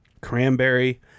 cranberry